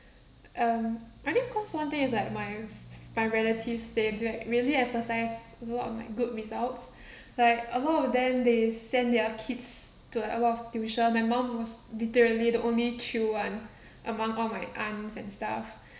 um I think cause one day is like my f~ my relatives they like really emphasise a lot on my good results like a lot of them they send their kids to a lot of tuition my mum was literally the only chill one among all my aunts and stuff